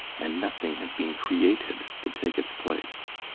and nothing has been created to take its place.